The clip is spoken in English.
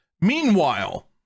Meanwhile